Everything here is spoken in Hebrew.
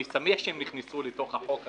אני שמח שהם נכנסו לתוך הצעת החוק הזאת,